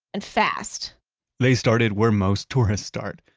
and fast they started where most tourists start,